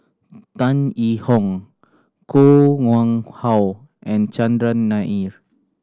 Tan Yee Hong Koh Nguang How and Chandran Nair